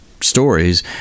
stories